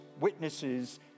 witnesses